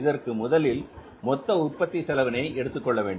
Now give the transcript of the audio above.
இதற்கு முதலில் மொத்த உற்பத்தி செலவினை எடுத்துக்கொள்ள வேண்டும்